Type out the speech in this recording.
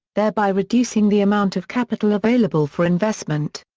thereby reducing the amount of capital available for investment.